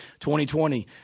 2020